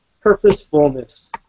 purposefulness